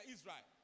Israel